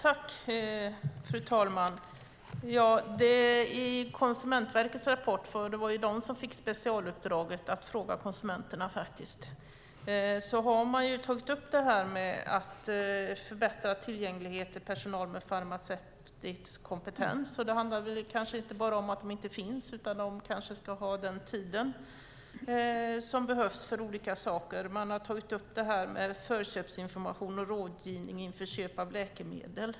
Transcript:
Fru talman! I Konsumentverkets rapport - det var ju de som fick specialuppdraget att fråga konsumenterna - har man tagit upp det här med att förbättra tillgängligheten till personal med farmaceutisk kompetens. Det handlar kanske inte bara om att de inte finns utan om att de kanske ska ha den tid som behövs för olika saker. Man har tagit upp det här med förköpsinformation och rådgivning inför köp av läkemedel.